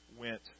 went